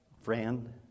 friend